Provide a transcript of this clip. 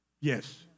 Yes